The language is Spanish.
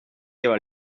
lleva